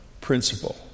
principle